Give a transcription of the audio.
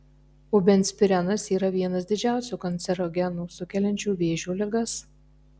o benzpirenas yra vienas didžiausių kancerogenų sukeliančių vėžio ligas